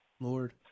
Lord